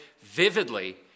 vividly